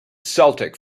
celtic